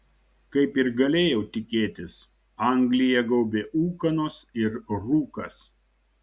kaip ir galėjau tikėtis angliją gaubė ūkanos ir rūkas